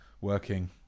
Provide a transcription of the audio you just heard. working